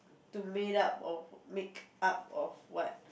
to made up of make up of what